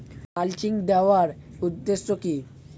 Mulching দেওয়ার উদ্দেশ্য কি?